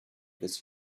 this